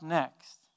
next